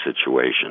situation